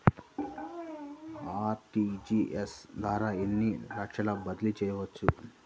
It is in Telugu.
అర్.టీ.జీ.ఎస్ ద్వారా ఎన్ని లక్షలు బదిలీ చేయవచ్చు?